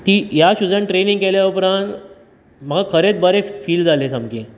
ती ह्या शुजान ट्रेनींग केल्या उपरांत म्हाका खरेंच बरें फील जालें सामकें